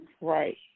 Right